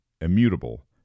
immutable